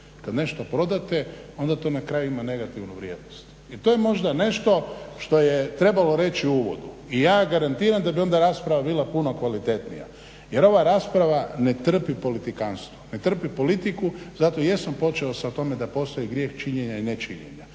Kad nešto prodate onda to na kraju ima negativnu vrijednost. I to je možda nešto što je trebalo reći u uvodu i ja garantiram da bi onda rasprava bila puno kvalitetnija. Jer ova rasprava ne trpi politikantstvo, ne trpi politiku. Zato i jesam počeo sa time da postoji grijeh činjenja i nečinjenja.